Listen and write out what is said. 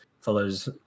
follows